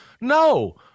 No